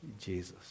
Jesus